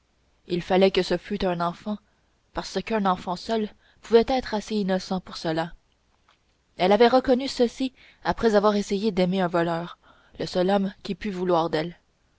il fallait que ce fût un enfant parce qu'un enfant seul pouvait être assez innocent pour cela elle avait reconnu ceci après avoir essayé d'aimer un voleur le seul homme qui pût vouloir d'elle